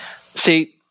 See